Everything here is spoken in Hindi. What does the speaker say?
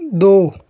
दो